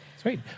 Sweet